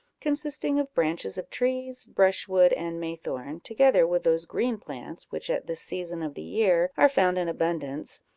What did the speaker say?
consisting of branches of trees, brushwood, and maythorn, together with those green plants which at this season of the year are found in abundance,